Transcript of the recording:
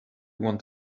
want